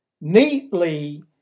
Neatly